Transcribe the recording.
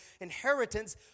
inheritance